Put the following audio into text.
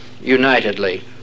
unitedly